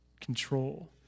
control